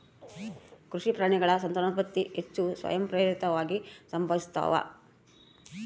ಕೃಷಿ ಪ್ರಾಣಿಗಳ ಸಂತಾನೋತ್ಪತ್ತಿ ಹೆಚ್ಚು ಸ್ವಯಂಪ್ರೇರಿತವಾಗಿ ಸಂಭವಿಸ್ತಾವ